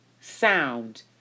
sound